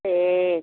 ठीक